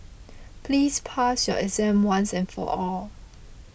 please pass your exam once and for all